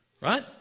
Right